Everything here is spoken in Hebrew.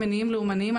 ממניעים לאומניים,